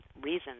reasons